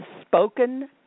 spoken